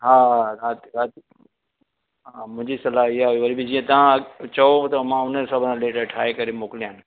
हा हा राति राति हा मुंहिंजी सलाह इहा वरी बि जीअं तव्हां चओ त मां हुन हिसाब सां डेट ठाहे करे मोकिलियांव